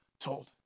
told